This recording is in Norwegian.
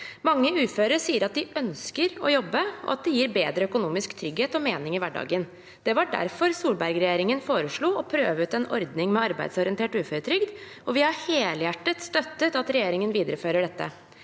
Mange uføre sier at de ønsker å jobbe, og at det gir bedre økonomisk trygghet og mening i hverdagen. Det var derfor Solberg-regjeringen foreslo å prøve ut en ordning med arbeidsorientert uføretrygd, og vi har helhjertet støttet at regjeringen viderefører dette.